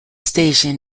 station